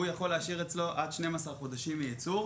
הם יכולים להשאיר אצלם עד 12 חודשים ממועד הייצור,